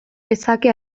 lezake